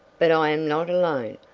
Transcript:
but i am not alone,